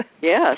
Yes